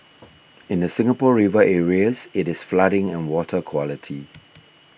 in the Singapore River areas it is flooding and water quality